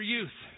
Youth